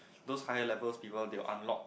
those high levels people they'll unlock